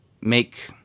make